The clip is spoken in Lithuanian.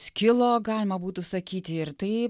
skilo galima būtų sakyti ir taip